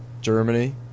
Germany